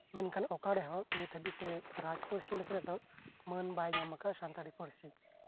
ᱢᱮᱱᱠᱷᱟᱱ ᱚᱠᱟ ᱨᱮᱦᱚᱸ ᱨᱟᱡᱽ ᱯᱟᱹᱨᱥᱤ ᱞᱮᱠᱟᱛᱮ ᱢᱟᱹᱱ ᱵᱟᱭ ᱧᱟᱢ ᱠᱟᱫᱟ ᱥᱟᱱᱛᱟᱲᱤ ᱯᱟᱹᱨᱥᱤ